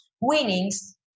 winnings